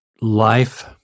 life